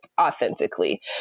authentically